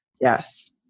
Yes